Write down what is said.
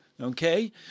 Okay